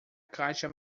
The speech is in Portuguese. caixa